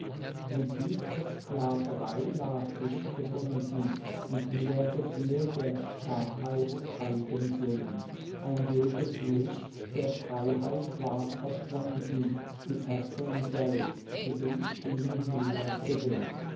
in tiefe sklaverei lag ich gebunden und mir gefiel der starrheit eigensinn ein jedes licht der freiheit war verschwunden die fesseln selbst sie schienen mir gewinn